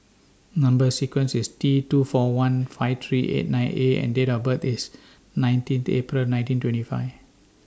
Number sequence IS T two four one five three eight nine A and Date of birth IS nineteen The April nineteen twenty five